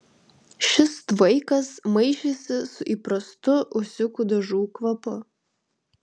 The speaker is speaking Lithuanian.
šis tvaikas maišėsi su įprastu ūsiukų dažų kvapu